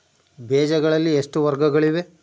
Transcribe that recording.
ಬೇಜಗಳಲ್ಲಿ ಎಷ್ಟು ವರ್ಗಗಳಿವೆ?